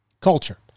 Culture